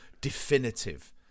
definitive